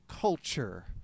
culture